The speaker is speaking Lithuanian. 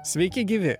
sveiki gyvi